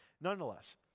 Nonetheless